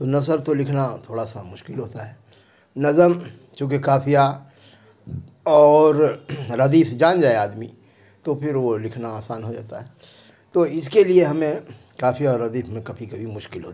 نثر تو لکھنا تھوڑا سا مشکل ہوتا ہے نظم چونکہ قافیہ اور ردیف جان جائے آدمی تو پھر وہ لکھنا آسان ہو جاتا ہے تو اس کے لیے ہمیں قافیہ اور ردیف میں کبھی کبھی مشکل ہوتی ہے